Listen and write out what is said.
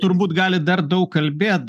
turbūt galit dar daug kalbėt